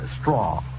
straw